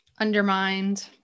undermined